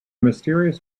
mysterious